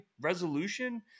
resolution